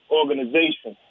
organization